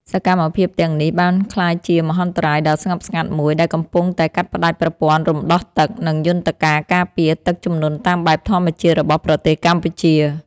សកម្មភាពទាំងនេះបានក្លាយជាមហន្តរាយដ៏ស្ងប់ស្ងាត់មួយ ដែលកំពុងតែកាត់ផ្ដាច់ប្រព័ន្ធរំដោះទឹក និងយន្តការការពារទឹកជំនន់តាមបែបធម្មជាតិរបស់ប្រទេសកម្ពុជា។